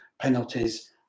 penalties